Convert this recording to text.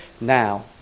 now